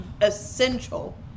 essential